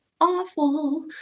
awful